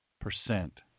percent